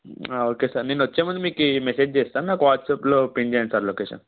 okay sir నేను వచ్చే ముందు మీకు మెసేజ్ చేస్తాను నాకు వాట్సప్లో పిన్ చేయండి సార్ లొకేషన్